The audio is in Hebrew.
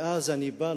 ואז אני בא,